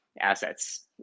assets